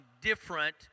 different